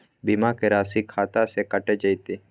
बीमा के राशि खाता से कैट जेतै?